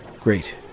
Great